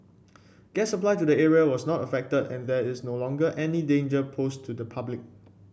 gas supply to the area was not affected and there is no longer any danger posed to the public